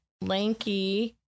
lanky